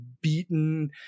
beaten